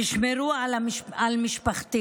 תשמרו על משפחתי.